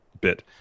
bit